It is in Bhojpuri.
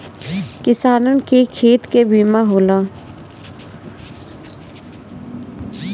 किसानन के खेत के बीमा होला